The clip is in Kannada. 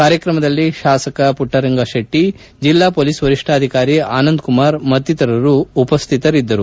ಕಾರ್ಯಕ್ರಮದಲ್ಲಿ ಶಾಸಕ ಮಟ್ಟರಂಗಶೆಟ್ಟಿ ಜಿಲ್ಲಾ ಮೊಲೀಸ್ ವರಿಷ್ಠಾಧಿಕಾರಿ ಆನಂದ್ಕುಮಾರ್ ಮತ್ತಿತರ ಗಣ್ಯರು ಉಪಶ್ಥಿತರಿದ್ದರು